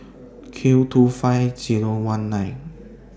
Q two five Zero one nine